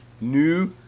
new